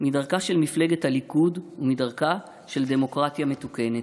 מדרכה של מפלגת הליכוד ומדרכה של דמוקרטיה מתוקנת.